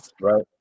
Right